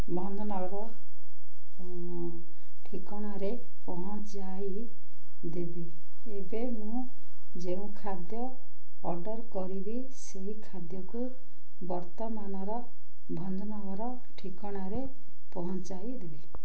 ଭଞ୍ଜନଗର ଠିକଣାରେ ପହଞ୍ଚାଇ ଦେବି ଏବେ ମୁଁ ଯେଉଁ ଖାଦ୍ୟ ଅର୍ଡ଼ର୍ କରିବି ସେଇ ଖାଦ୍ୟକୁ ବର୍ତ୍ତମାନର ଭଞ୍ଜନଗର ଠିକଣାରେ ପହଞ୍ଚାଇ ଦେବେ